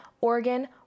Oregon